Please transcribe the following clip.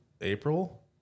April